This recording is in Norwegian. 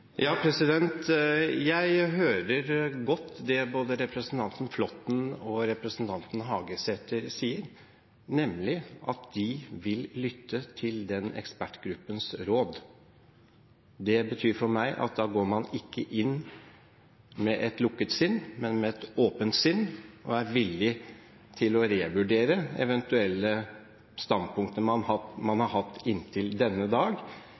Jeg hører godt det både representanten Flåtten og representanten Hagesæter sier, nemlig at de vil lytte til ekspertgruppens råd. Det betyr for meg at da går man ikke inn med et lukket sinn, men med et åpent sinn og er villig til å revurdere eventuelle standpunkter man har hatt inntil denne dag,